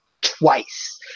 twice